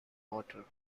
water